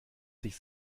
sich